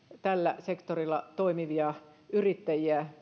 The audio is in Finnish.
tällä sektorilla toimivia yrittäjiä